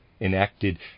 enacted